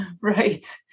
Right